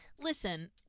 Listen